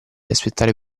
aspettare